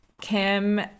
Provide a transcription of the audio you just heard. Kim